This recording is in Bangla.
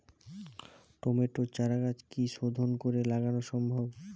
টমেটোর চারাগাছ কি শোধন করে লাগানো সম্ভব?